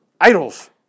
idols